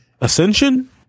Ascension